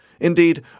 Indeed